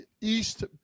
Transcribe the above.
East